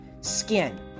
skin